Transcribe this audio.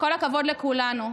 כל הכבוד לכולנו.